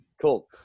cool